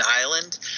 island